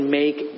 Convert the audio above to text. make